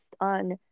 on